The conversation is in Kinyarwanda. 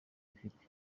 bifite